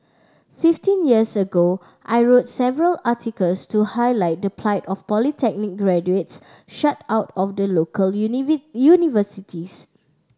fifteen years ago I wrote several articles to highlight the plight of polytechnic graduates shut out of the local universities